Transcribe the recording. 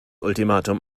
ultimatum